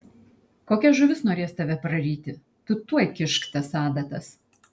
kokia žuvis norės tave praryti tu tuoj kišk tas adatas